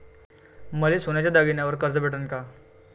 मले सोन्याच्या दागिन्यावर कर्ज भेटन का?